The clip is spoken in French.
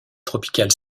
tropicale